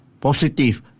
Positive